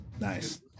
Nice